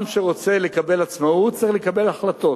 עם שרוצה לקבל עצמאות צריך לקבל החלטות.